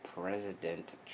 President